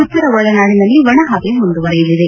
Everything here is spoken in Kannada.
ಉತ್ತರ ಒಳನಾಡಿನಲ್ಲಿ ಒಣಹವೆ ಮುಂದುವರೆಯಲಿದೆ